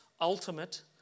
ultimate